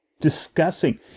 discussing